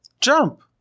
Jump